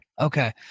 Okay